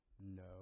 No